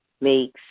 makes